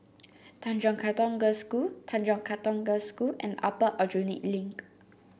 Tanjong Katong Girls' School Tanjong Katong Girls' School and Upper Aljunied Link